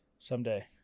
someday